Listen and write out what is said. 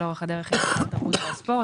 אורך הדרך עם משרד התרבות והספורט.